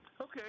Okay